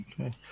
Okay